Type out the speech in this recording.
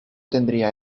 tendría